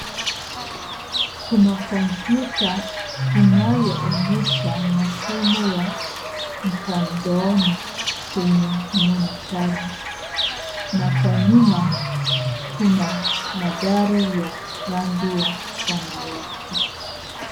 Kuna kompyuta inayoonyesha masomo ya mtandaoni kwenye monitari na kwa nyuma kuna mandhari ya rangi ya samawati.